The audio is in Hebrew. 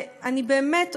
ואני באמת אומרת: